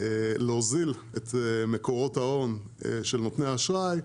להוזיל את מקורות ההון של נותני האשראי,